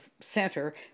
center